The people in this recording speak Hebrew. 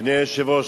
אדוני היושב-ראש,